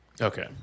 Okay